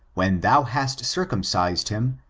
when thou hast circumcised him,